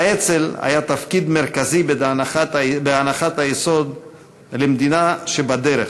לאצ"ל היה תפקיד מרכזי בהנחת היסוד למדינה שבדרך.